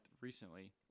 recently –